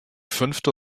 fünfte